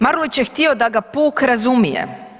Marulić je htio da ga puk razumije.